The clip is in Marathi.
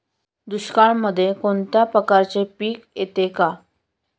दुष्काळामध्ये कोणत्या प्रकारचे पीक येते का?